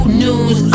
news